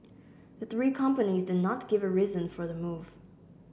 the three companies did not give a reason for the move